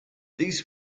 these